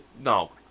No